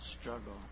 struggle